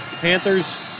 Panthers